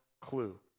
clue